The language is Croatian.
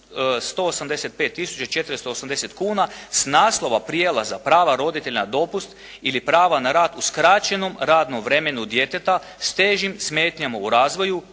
i 480 kuna sa naslova prijelaza prava roditelja dopust ili prava na rad u skraćenom radnom vremenu djeteta sa težim smetnjama u razvoju